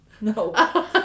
no